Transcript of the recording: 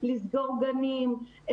לסגור גנים,